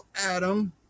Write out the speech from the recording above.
Adam